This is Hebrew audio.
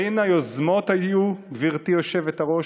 בין היוזמות היו, גברתי היושבת-ראש,